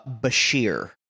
Bashir